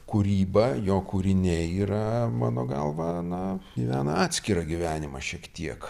kūryba jo kūriniai yra mano galva na gyvena atskirą gyvenimą šiek tiek